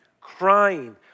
crying